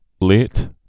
late